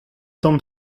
tamm